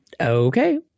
Okay